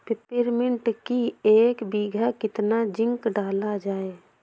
Peppermint की एक बीघा कितना जिंक डाला जाए?